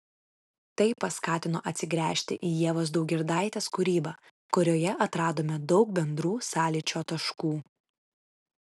tai paskatino atsigręžti į ievos daugirdaitės kūrybą kurioje atradome daug bendrų sąlyčio taškų